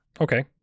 Okay